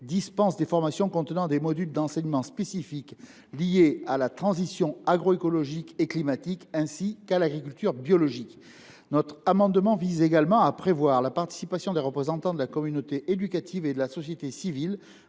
dispensent des formations contenant des modules d’enseignement spécifiques liés à la transition agroécologique et climatique, ainsi qu’à l’agriculture biologique. Cet amendement vise ainsi à prévoir la participation des représentants de la communauté éducative et de la société civile